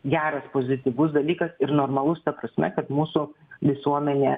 geras pozityvus dalykas ir normalus ta prasme kad mūsų visuomenė